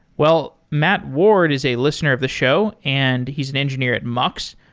well, matt ward is a listener of the show and he's an engineer at mux,